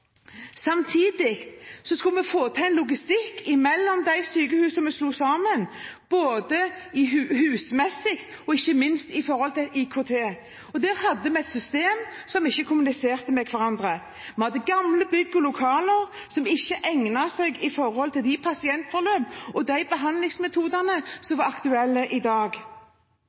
skulle vi få til en logistikk mellom de sykehusene vi slo sammen – både når det gjelder hus, og ikke minst når det gjelder IKT. Der hadde man systemer som ikke kommuniserte med hverandre. Man hadde gamle bygg og lokaler som ikke egnet seg til de pasientforløp og behandlingsmetoder som er aktuelle i dag.